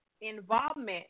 involvement